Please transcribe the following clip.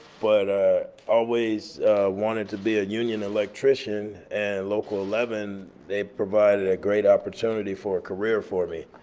but ah always wanted to be a union electrician and local eleven, they provided a great opportunity for a career for me.